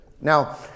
Now